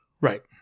Right